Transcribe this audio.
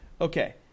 Okay